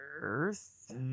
Earth